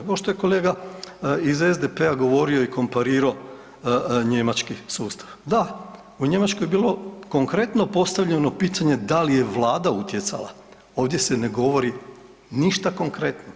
Ovo što je kolega iz SDP-a govorio i komparirao njemački sustav, da u Njemačkoj je bilo konkretno postavljeno pitanje da li je vlada utjecala, ovdje se ne govori ništa konkretno.